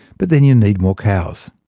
but then you need more cows.